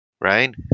right